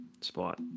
spot